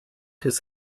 his